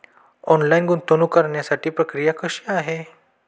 Online गुंतवणूक करण्यासाठी प्रक्रिया कशी आहे?